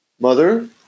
mother